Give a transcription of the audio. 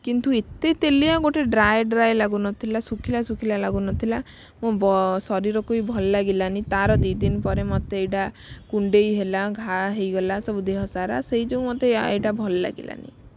କିନ୍ତୁ ଏତେ ତେଲିଆ ଗୋଟେ ଡ୍ରାଏ ଡ୍ରାଏ ଲାଗୁନଥିଲା ଶୁଖିଲା ଶୁଖିଲା ଲାଗୁନଥିଲା ମୋ ଶରୀରକୁ ବି ଭଲ ଲାଗିଲାନି ତା'ର ଦୁଇ ଦିନ ପରେ ମୋତେ ଏଇଟା କୁଣ୍ଡାଇ ହେଲା ଘା ହେଇଗଲା ସବୁ ଦେହ ସାରା ସେଇ ଯେଉଁ ମୋତେ ଏଇଟା ଭଲ ଲାଗିଲାନି